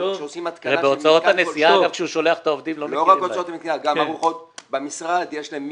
יש גם ארוחות במשרד.